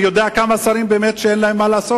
אני יודע שכמה שרים באמת אין להם מה לעשות.